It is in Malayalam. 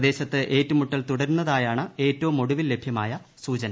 പ്രദേശത്ത് ഏറ്റുമുട്ടൽ തുടരുന്നതായാണ് ഏറ്റവും ഒടുവിൽ ലഭ്യമായ സൂചന